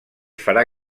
farà